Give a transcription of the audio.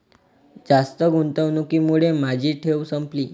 जास्त गुंतवणुकीमुळे माझी ठेव संपली